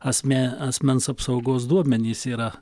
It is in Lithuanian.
asme asmens apsaugos duomenys yra